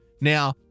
now